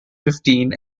fifteen